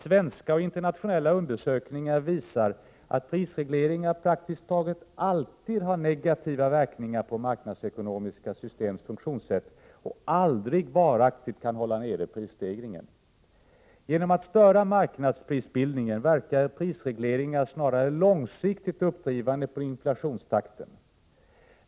Svenska och internationella undersökningar visar faktiskt att prisregleringar praktiskt taget alltid har negativa verkningar på marknadsekonomiska systems funktionssätt och aldrig varaktigt kan hålla nere prisstegringen. Genom att störa marknadsprisbildningen verkar prisregleringar snarare långsiktigt uppdrivande på inflationstakten.